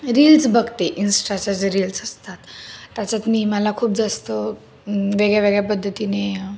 reels बघते इंस्टाच्या ज्या रील्स असतात त्याच्यात मी मला खूप जास्त वेगळ्यावेगळ्या पद्धतीने